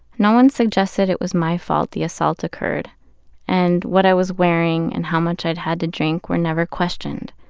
no one suggested it was my fault the assault occurred and what i was wearing and how much i'd had to drink were never questioned.